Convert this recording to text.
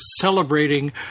celebrating